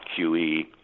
QE